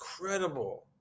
incredible